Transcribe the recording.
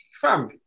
Fam